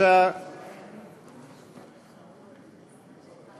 זה נוסח